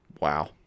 Wow